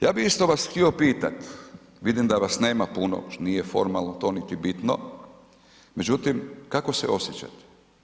Ja bi isto vas htio pitati, vidim da vas nema puno, nije formalno to niti bitno, međutim kako se osjećate?